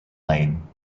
lane